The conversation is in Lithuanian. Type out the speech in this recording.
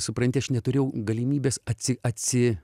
supranti aš neturėjau galimybės atsi atsi